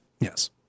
yes